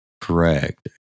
correct